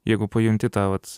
jeigu pajunti tą vat